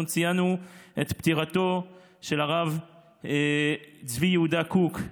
אנחנו ציינו את פטירתו של הרב צבי יהודה קוק,